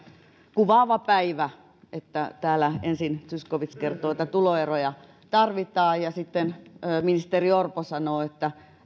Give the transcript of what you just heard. kuvaava päivä että täällä ensin zyskowicz kertoo että tuloeroja tarvitaan ja sitten ministeri orpo sanoo että